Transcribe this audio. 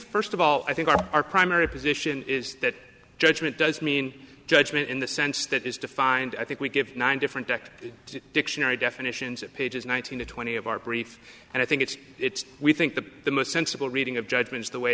first of all i think our our primary position is that judgment does mean judgment in the sense that is defined i think we give nine different directed dictionary definitions of pages one thousand and twenty of our brief and i think it's it's we think that the most sensible reading of judgment is the way